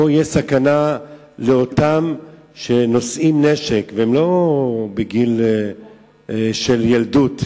פה יש סכנה לאותם שנושאים נשק והם לא בגיל של ילדות,